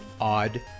odd